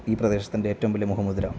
ഈ പ്രദേശത്തിൻ്റെ ഏറ്റവും വലിയ മുഖ മുദ്ര